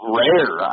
rare